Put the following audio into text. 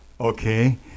Okay